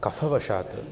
कफवशात्